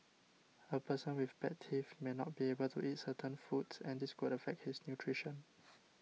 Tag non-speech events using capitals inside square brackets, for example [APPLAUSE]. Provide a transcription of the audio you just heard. a person with bad teeth may not be able to eat certain foods and this could affect his nutrition [NOISE]